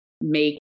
make